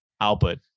output